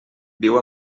viu